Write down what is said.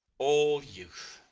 all youth!